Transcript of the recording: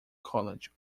college